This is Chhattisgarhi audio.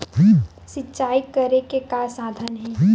सिंचाई करे के का साधन हे?